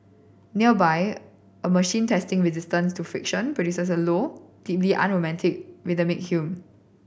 nearby a machine testing resistance to friction produces a low deeply unromantic rhythmic hum